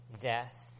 death